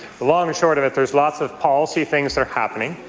the long and short of it, there's lots of policy things that are happening.